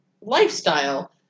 lifestyle